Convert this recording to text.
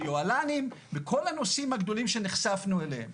יוהל"מים ובכל הנושאים הגדולים שנחשפנו אליהם.